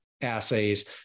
assays